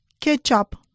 Ketchup